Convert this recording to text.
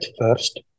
first